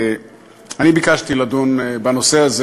אני ביקשתי לדון בנושא הזה